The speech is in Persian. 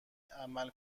عمل